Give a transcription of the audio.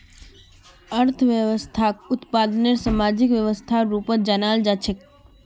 अर्थव्यवस्थाक उत्पादनेर सामाजिक व्यवस्थार रूपत जानाल जा छेक